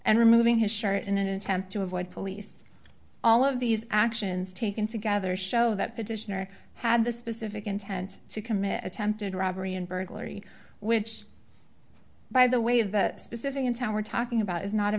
and removing his share in an attempt to avoid police all of these actions taken together show that petitioner had the specific intent to commit attempted robbery and burglary which by the way of that specific in town we're talking about is not a